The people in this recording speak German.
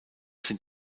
sind